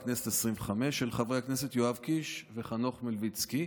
פ/84/25, של חברי הכנסת יואב קיש וחנוך מלביצקי.